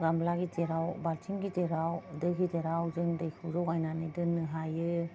गामब्ला गिदिराव बालथिं गिदिराव दो गिदिराव जों दैखौ जगायनानै दोननो हायो